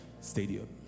Stadium